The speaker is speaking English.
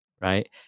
Right